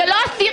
זה לא עשירית.